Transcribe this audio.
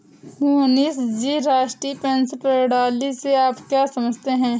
मोहनीश जी, राष्ट्रीय पेंशन प्रणाली से आप क्या समझते है?